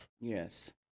Yes